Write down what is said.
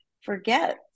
forget